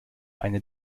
eine